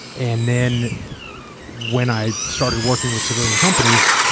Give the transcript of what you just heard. and then when i started working with civilian companies,